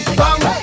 bang